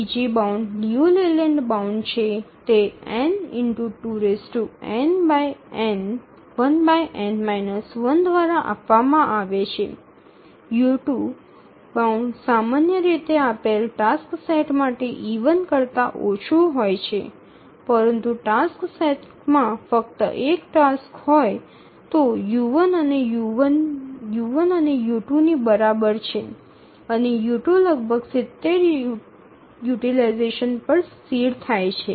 બીજી bound Liu Layland bound છે તે n2−1 દ્વારા આપવામાં આવે છે u2 બાઉન્ડ સામાન્ય રીતે આપેલ ટાસક્સ સેટ માટે e1 કરતા ઓછું હોય છે પરંતુ જો ટાસ્ક સેટમાં ફક્ત ૧ ટાસ્ક હોય તો u1 u2 ની બરાબર છે અને u2 લગભગ ૭0 યુટીલાઈઝેશન પર સ્થિર થાય છે